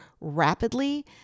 rapidly